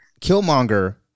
Killmonger